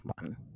one